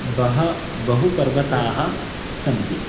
बह बहु पर्वताः सन्ति